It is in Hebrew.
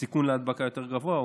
הסיכון להדבקה יותר גבוה,